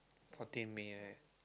fourteen May right